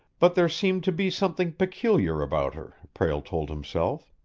but there seemed to be something peculiar about her, prale told himself.